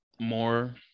more